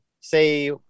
say